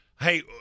hey